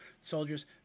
soldiers